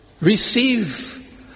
Receive